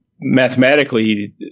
mathematically